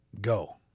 go